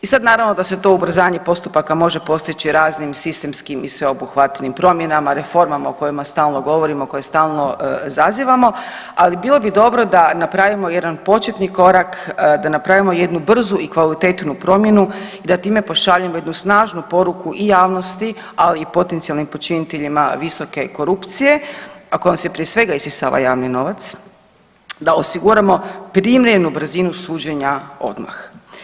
I sad naravno da se to ubrzanje postupaka može postići raznim sistemskim i sveobuhvatnim promjenama, reformama o kojima stalno govorimo, koje stalno zazivamo, ali bilo bi dobro da napravimo jedan početni korak, da napravimo jednu brzu i kvalitetnu promjenu i da time pošaljemo jednu snažnu poruku i javnosti, ali i potencijalnim počiniteljima visoke korupcije, a kojom se prije svega isisava javni novac, da osiguramo primjerenu brzinu suđenja odmah.